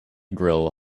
grill